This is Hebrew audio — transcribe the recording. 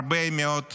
הרבה מאוד כסף.